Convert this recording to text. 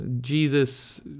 Jesus